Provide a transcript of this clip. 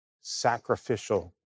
sacrificial